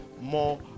more